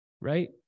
right